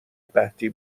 قحطی